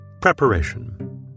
Preparation